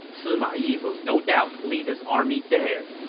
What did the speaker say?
sima yi will no doubt lead his army there.